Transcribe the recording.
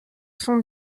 son